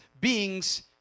beings